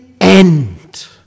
end